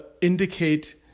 indicate